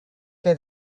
que